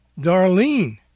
Darlene